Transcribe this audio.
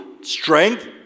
Strength